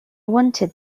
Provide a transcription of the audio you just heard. wanted